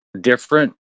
different